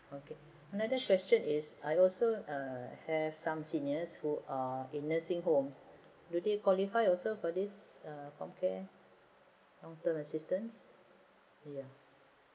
okay another question is I also have some seniors who are in nursing homes do they qualify also for this long term assistance